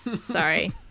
Sorry